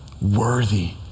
worthy